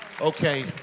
Okay